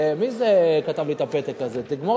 100% הכסף ילך,